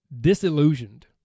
disillusioned